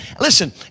Listen